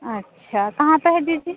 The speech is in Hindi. अच्छा कहाँ पे है दीदी